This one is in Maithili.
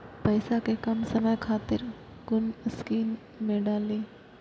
पैसा कै कम समय खातिर कुन स्कीम मैं डाली?